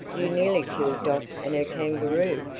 you nearly killed dot and her kangaroo!